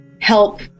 help